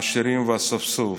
העשירים והאספסוף.